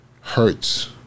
hurts